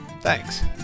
Thanks